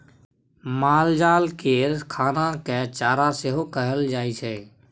मालजाल केर खाना केँ चारा सेहो कहल जाइ छै